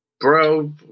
bro